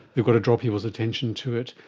they've got to draw people's attention to it,